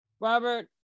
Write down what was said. Robert